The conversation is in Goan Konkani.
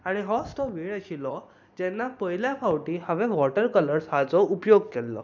आनी होच तो वेळ आशिल्लो जेन्ना पयल्या फावटी हांवें वॉटर कर्लर हाचो उपेग केल्लो